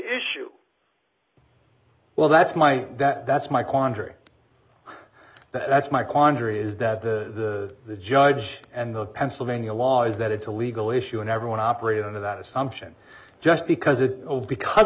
issue well that's my that's my quandary that's my quandary is that the the judge and the pennsylvania law is that it's a legal issue and everyone operating under that assumption just because it oh because